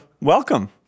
welcome